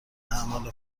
اعمال